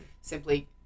simply